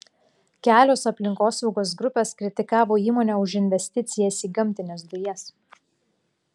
kelios aplinkosaugos grupės kritikavo įmonę už investicijas į gamtines dujas